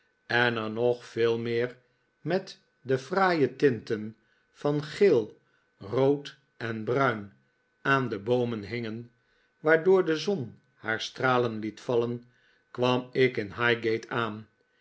en er nog veel meer met de fraaiste tinten van geel rood en bruin aan de boomen hingen waardoor de zon haar stralen liet vallen kwam ik in highgate aan